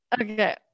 Okay